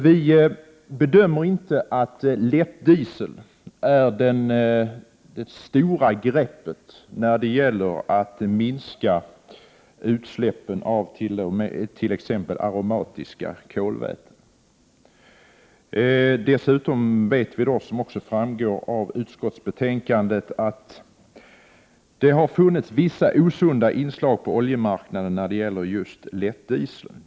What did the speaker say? Vi bedömer inte att lättdiesel är det stora greppet när det gäller att minska utsläppen av t.ex. aromatiska kolväten. Som framgår av utskottsbetänkandet har det också funnits vissa osunda inslag på oljemarknaden när det gäller just lättdiesel.